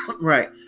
Right